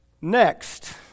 next